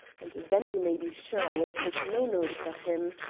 and then you may be sure i will take no notice of him.